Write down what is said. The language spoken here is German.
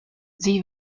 sie